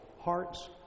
hearts